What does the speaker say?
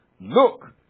look